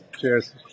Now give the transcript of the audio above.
Cheers